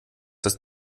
das